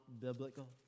biblical